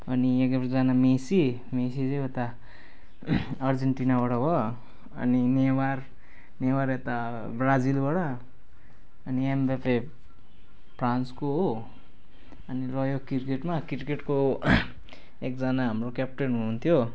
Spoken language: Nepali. अनि एकजना मेस्सी मेस्सी चाहिँ उता अर्जेन्टिनाबाट हो अनि नेमार नेमार यता ब्राजिलबाट अनि एमबेपे फ्रान्सको हो अनि रह्यो क्रिकेटमा क्रिकेटको एकजना हाम्रो क्याप्टन हुनुहुन्थ्यो